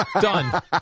Done